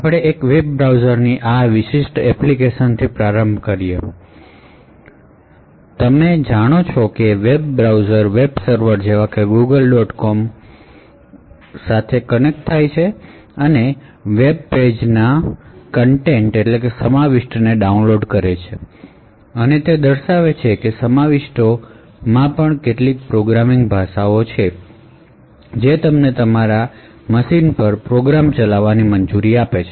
આપણે વેબ બ્રાઉઝરની આ એક એપ્લિકેશનથી પ્રારંભ કરીશું જેથી તમે જાણો છો કે વેબ બ્રાઉઝર વેબ સર્વર જેવા કે ગૂગલ ડોટ કોમ જેવા વેબ સર્વર સાથે કનેક્ટ કરે છે અને તે વેબ પેજનો કંટૈંટ ડાઉનલોડ કરે છે અને તે દર્શાવે છે કે કંટૈંટ પણ કેટલીક પ્રોગ્રામિંગ ભાષાઓ છે જે તમને તમારા લોકલ મશીન પર પ્રોગ્રામ્સ ચલાવવાની મંજૂરી આપે છે